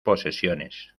posesiones